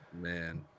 Man